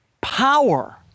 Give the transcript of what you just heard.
power